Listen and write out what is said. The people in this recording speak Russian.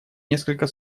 несколько